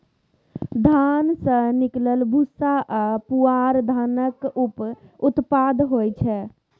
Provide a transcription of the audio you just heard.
धान सँ निकलल भूस्सा आ पुआर धानक उप उत्पाद होइ छै